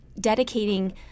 dedicating